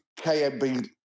KMB